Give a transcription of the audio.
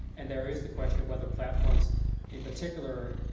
and there is the question of whether platforms in particular,